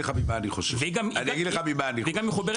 מחוברת